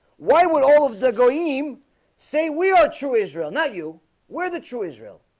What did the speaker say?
why would all of the gleam say? we are true israel not you where the true israel?